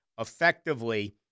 effectively